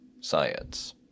science